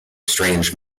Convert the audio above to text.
strange